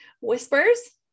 whispers